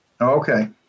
Okay